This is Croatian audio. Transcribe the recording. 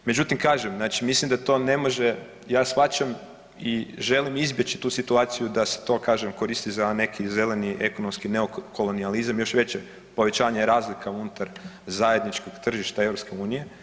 Međutim kažem znači mislim da to ne može, ja shvaćam i želim izbjeći tu situaciju da se to kažem koristi za neki zeleni ekonomski neokolonijalizam, još veće povećanje razlika unutar zajedničkog tržišta EU.